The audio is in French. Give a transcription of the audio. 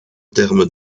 terme